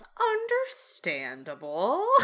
Understandable